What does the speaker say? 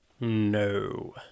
No